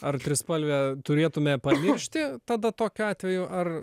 ar trispalvę turėtume pamiršti tada tokiu atveju ar